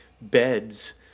beds